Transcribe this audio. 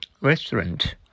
Restaurant